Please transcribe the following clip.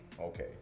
Okay